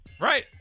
Right